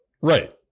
Right